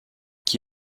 qui